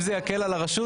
זה מקל על הגבייה